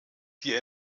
die